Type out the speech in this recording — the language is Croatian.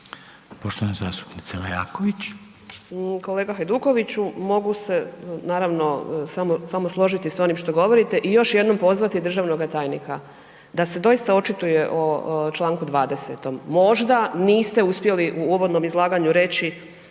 **Leaković, Karolina (SDP)** Kolega Hajdukoviću, mogu se, naravno, samo složiti s onim što govorite i još jednom pozvati državnoga tajnika da se doista očituje o čl. 20. Možda niste uspjeli u uvodnom izlaganju reći